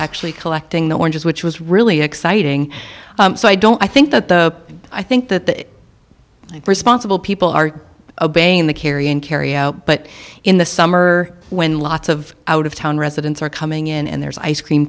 actually collecting the oranges which was really exciting so i don't i think that the i think that responsible people are abang the carian kerio but in the summer when lots of out of town residents are coming in and there's ice cream